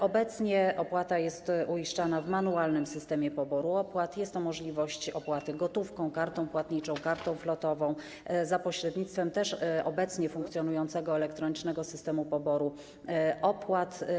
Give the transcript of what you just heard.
Obecnie opłata jest uiszczana w manualnym systemie poboru opłat, jest możliwość opłaty gotówką, kartą płatniczą, kartą flotową, też za pośrednictwem obecnie funkcjonującego elektronicznego systemu poboru opłat.